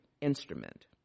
instrument